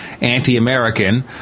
anti-American